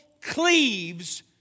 cleaves